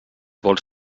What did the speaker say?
vols